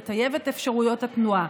לטייב את אפשרויות התנועה.